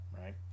right